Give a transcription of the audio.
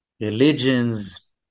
religions